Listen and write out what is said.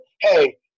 hey